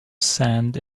sand